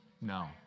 no